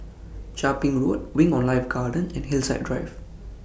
Chia Ping Road Wing on Life Garden and Hillside Drive